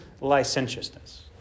Licentiousness